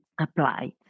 applied